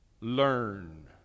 learn